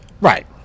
Right